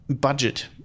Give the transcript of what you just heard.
budget